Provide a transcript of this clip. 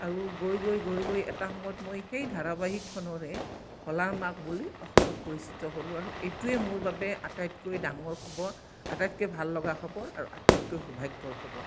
আৰু গৈ গৈ গৈ গৈ এটা সময়ত মই সেই ধাৰাবাহিকখনৰে হোলাৰ মাক বুলি অসমত পৰিচিত হ'লোঁ আৰু এইটোৱে মোৰ বাবে আটাইতকৈ ডাঙৰ খবৰ আটাইতকৈ ভাল লগা খবৰ আৰু আটাইতকৈ সৌভাগ্য়ৰ খবৰ